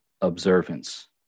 observance